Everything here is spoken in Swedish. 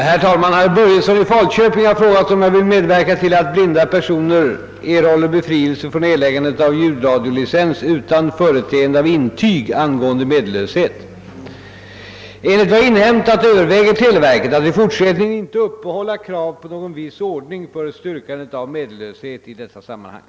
Herr talman! Herr Börjesson i Falköping har frågat, om jag vill medverka till att blinda personer erhåller befrielse från erläggandet av ljudradiolicens utan företeende av intyg angående medellöshet. Enligt vad jag inhämtat överväger televerket att i fortsättningen inte uppehålla krav på någon viss ordning för styrkandet av medellöshet i detta sammanhang.